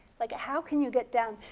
like how can you get down.